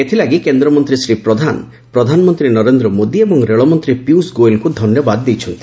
ଏଥିଲାଗି କେନ୍ଦ୍ରମନ୍ତୀ ଶ୍ରୀ ପ୍ରଧାନ ପ୍ରଧାନମନ୍ତୀ ନରେନ୍ଦ୍ର ମୋଦି ଏବଂ ରେଳମନ୍ତୀ ପିୟୁଷ ଗୋୟଲ୍ଙ୍କୁ ଧନ୍ୟବାଦ ଜଣାଇଛନ୍ତି